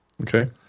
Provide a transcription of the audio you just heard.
Okay